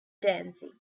dancing